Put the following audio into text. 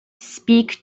speak